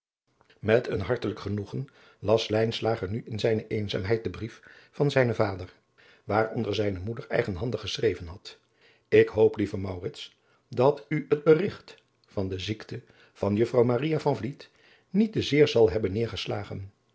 met een hartelijk genoegen las lijnslager nu in zijne eenzaamheid den brief van sijnen vader waaradriaan loosjes pzn het leven van maurits lijnslager onder zijne moeder eigenhandig geschreven had ik hoop lieve maurits dat u het berigt van de ziekte van juffr maria van vliet niet te zeer zal hebben